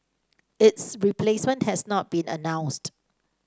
its replacement has not been announced